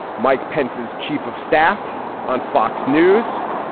mike pence's chief of staff on fox news.